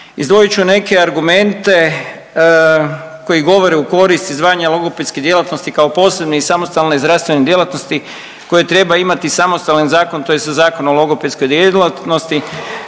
Izdvojit ću neke argumente koji govore u korist izdvajanja logopedske djelatnosti kao posebne i samostalne zdravstvene djelatnosti koja treba imati samostalni zakon tj. Zakon o logopedskoj djelatnosti,